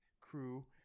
crew